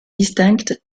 distinctes